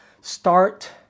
Start